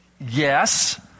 Yes